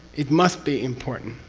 it must be important.